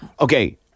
Okay